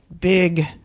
big